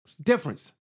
Difference